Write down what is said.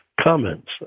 comments